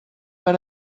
per